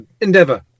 endeavor